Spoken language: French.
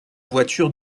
voitures